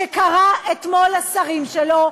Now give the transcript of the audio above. שקרא אתמול לשרים שלו: